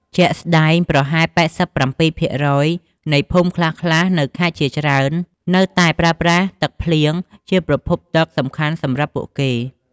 ជាក់ស្តែង ប្រហែល ៨៧% នៃភូមិខ្លះៗនៅខេត្តជាច្រើននៅតែប្រើប្រាស់ទឹកភ្លៀង ជាប្រភពទឹកសំខាន់របស់ពួកគេ។